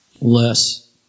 less